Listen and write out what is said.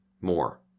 more